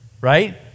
right